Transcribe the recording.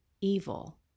evil